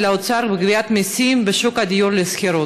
האוצר בגביית מסים בשוק הדיור לשכירות.